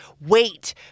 wait